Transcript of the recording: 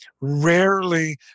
Rarely